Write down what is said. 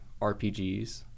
RPGs